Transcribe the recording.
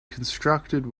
constructed